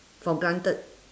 for granted